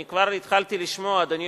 אני כבר התחלתי לשמוע קולות